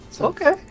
Okay